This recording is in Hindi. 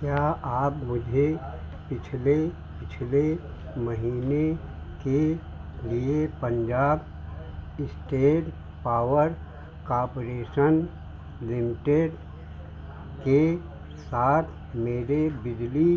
क्या आप मुझे पिछले पिछले महीने के लिए Punjab state power corporation limited के साथ मेरे बिजली